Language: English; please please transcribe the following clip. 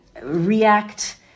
react